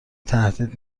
تهدید